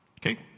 Okay